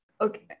Okay